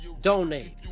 Donate